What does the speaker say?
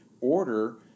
order